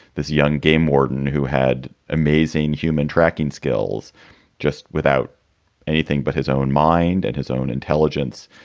this young game warden who had amazing human tracking skills just without anything but his own mind and his own intelligence,